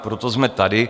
Proto jsme tady.